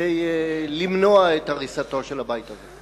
כדי למנוע את הריסתו של הבית הזה.